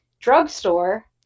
Drugstore